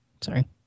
Sorry